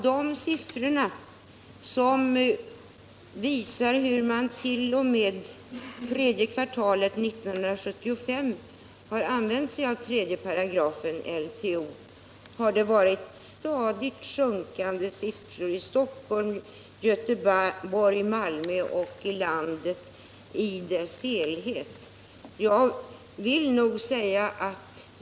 Den visar hur man t.o.m. det tredje kvartalet 1975 har använt 3 § LTO och att det har varit stadigt sjunkande siffror i Stockholm, Göteborg, Malmö och i landet i dess helhet.